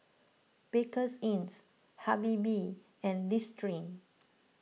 Bakerzin's Habibie and Listerine